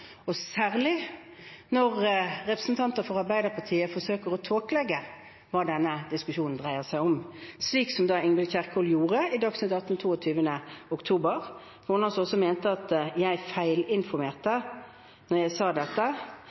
og særlig når representanter for Arbeiderpartiet forsøker å tåkelegge hva denne diskusjonen dreier seg om, slik som Ingvild Kjerkol gjorde i Dagsnytt atten den 22. oktober. Da mente hun at jeg feilinformerte da jeg sa dette,